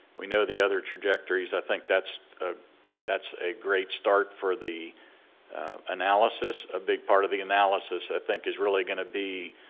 we know the other trajectories, i think that's ah that's a great start for the analysis, a big part of the analysis i think is really gonna be,